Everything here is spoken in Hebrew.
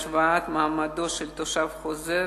השוואת מעמדו של תושב חוזר,